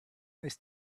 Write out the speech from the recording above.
nice